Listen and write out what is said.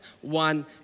one